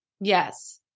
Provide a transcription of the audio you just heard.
Yes